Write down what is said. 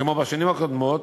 כמו בשנים הקודמות,